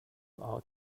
our